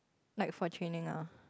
like for training ah